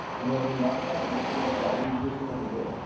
you know louis armstrong? the most famous jazz musician of the day?